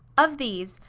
of these,